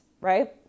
right